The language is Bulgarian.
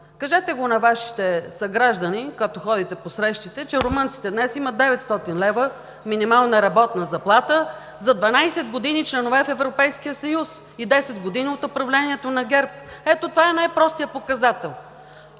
Кажете го на Вашите съграждани, когато ходите по срещите, че румънците днес имат 900 лв. минимална работна заплата, за 12 години членове в Европейския съюз и 10 години от управлението на ГЕРБ. Ето това е най-простият показател,